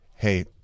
hey